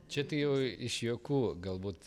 čia tai jau iš juokų galbūt